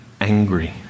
angry